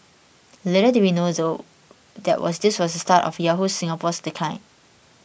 little did we know though that was this was the start of Yahoo Singapore's decline